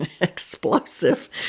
explosive